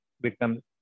become